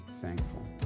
thankful